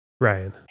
Ryan